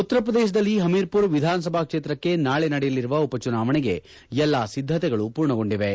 ಉತ್ತರ ಪ್ರದೇಶದಲ್ಲಿ ಪಮಿರ್ಪುರ್ ವಿಧಾನಸಭಾ ಕ್ಷೇತ್ರಕ್ಕೆ ನಾಳೆ ನಡೆಯಲಿರುವ ಉಪಚುನಾವಣೆಗೆ ಎಲ್ಲಾ ಸಿದ್ದತೆಗಳು ಪೂರ್ಣಗೊಂಡಿವೆ